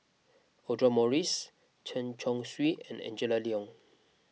Audra Morrice Chen Chong Swee and Angela Liong